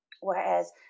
Whereas